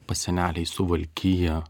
pas senelę į suvalkiją